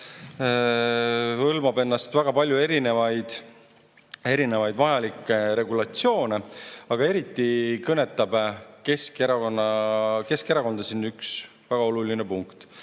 hõlmab väga palju vajalikke regulatsioone, aga eriti kõnetab Keskerakonda siin üks väga oluline punkt.